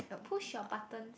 push your buttons